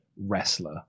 wrestler